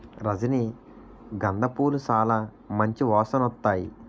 రజనీ గంధ పూలు సాలా మంచి వాసనొత్తాయి